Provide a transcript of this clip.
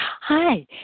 Hi